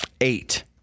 eight